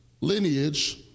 lineage